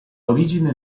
origine